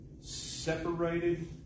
Separated